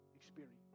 Experience